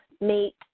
meet